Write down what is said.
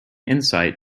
insight